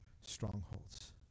strongholds